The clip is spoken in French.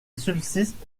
subsiste